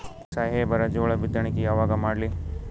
ಸಾಹೇಬರ ಜೋಳ ಬಿತ್ತಣಿಕಿ ಯಾವಾಗ ಮಾಡ್ಲಿ?